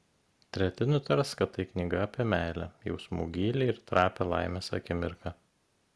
treti nutars kad tai knyga apie meilę jausmų gylį ir trapią laimės akimirką